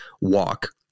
walk